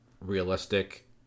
Realistic